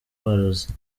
amarozi